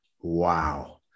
Wow